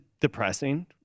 depressing